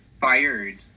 Fired